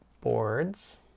boards